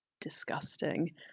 disgusting